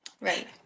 Right